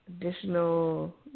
Additional